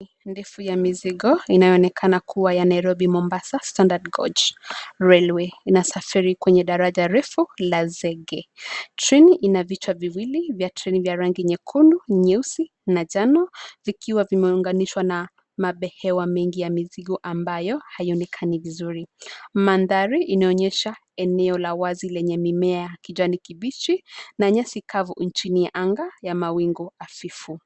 Reli ndefu ya mizigo inayoonekana kuwa ya Nairobi-Mombasa Standard Gauge Railway . Inasafiri kwenye daraja refu la zege. Treni ina vichwa viwili vya treni vya rangi nyekundu, nyeusi na njano; vikiwa vimeunganishwa na mabehewa mengi ya mizigo ambayo hayaonekani vizuri. Mandhari inaonyesha eneo la wazi lenye mimea ya kijani kibichi na nyasi kavu chini ya anga na mawingu hafifu.